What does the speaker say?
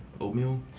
Oatmeal